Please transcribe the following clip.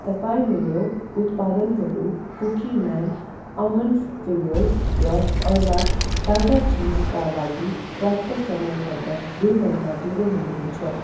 तपाईँ मेरा उत्पादनहरू कुकिम्यान आमोन्ड फिङ्गर्स र अर्ला ताजा चिजका लागि प्राप्त समय भन्दा दुई घन्टा ढिलो हुनुहुन्छ